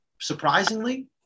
Surprisingly